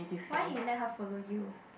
why you let her follow you